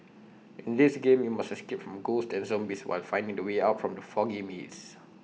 in this game you must escape from ghosts and zombies while finding the way out from the foggy maze